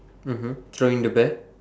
mmhmm throwing the bear